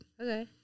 Okay